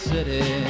City